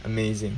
amazing